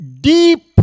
deep